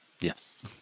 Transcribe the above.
Yes